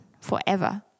forever